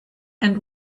and